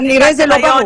כנראה זה לא ברור.